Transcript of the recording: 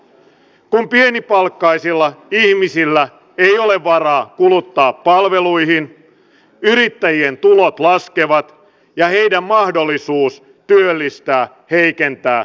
kun pienipalkkaisilla ihmisillä ei ole varaa kuluttaa palveluihin yrittäjien tulot laskevat ja heidän mahdollisuutensa työllistää heikkenee dramaattisesti